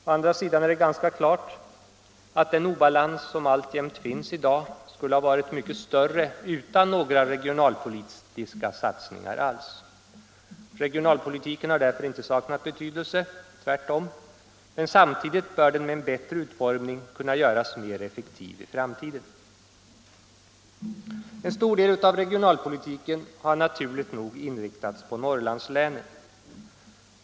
Å andra sidan är det ganska klart att den obalans som alltjämt finns i dag skulle ha varit mycket större utan några regionalpolitiska satsningar alls. Regionalpolitiken har därför inte saknat betydelse — tvärtom — men samtidigt bör den med en bättre utformning kunna göras mer effektiv i framtiden. En stor del av regionalpolitiken har naturligt nog inriktats på Norrlandslänen.